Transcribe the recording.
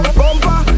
bumper